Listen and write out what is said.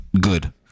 good